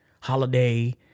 holiday